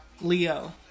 Leo